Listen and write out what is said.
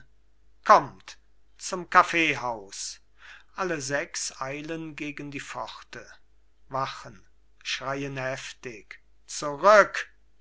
kommt zum kaffeehaus alle sechs eilen gegen die pforte wachen schreien heftig zurück